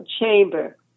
chamber